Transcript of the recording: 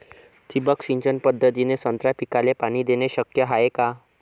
ठिबक सिंचन पद्धतीने संत्रा पिकाले पाणी देणे शक्य हाये का?